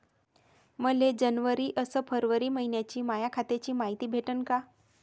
मले जनवरी अस फरवरी मइन्याची माया खात्याची मायती भेटन का?